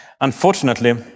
Unfortunately